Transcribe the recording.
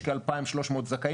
יש כ-2,300 זכאים.